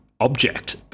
object